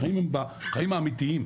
החיים הם בחיים האמיתיים.